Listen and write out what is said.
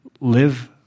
live